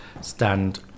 stand